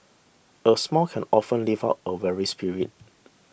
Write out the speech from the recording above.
a smile can often lift up a weary spirit